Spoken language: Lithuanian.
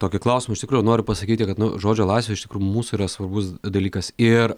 tokį klausimą iš tikrųjų noriu pasakyti kad nu žodžio laisvė iš tikrųjų mūsų yra svarbus dalykas ir